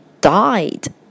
died